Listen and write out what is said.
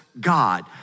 god